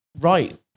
right